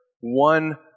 one